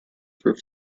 for